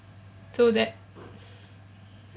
so that